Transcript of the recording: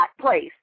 place